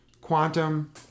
Quantum